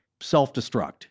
self-destruct